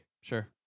Sure